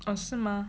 哦是吗